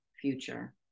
future